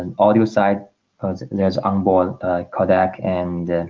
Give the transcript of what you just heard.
and audio side but there's on bald codec and